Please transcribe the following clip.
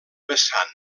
vessant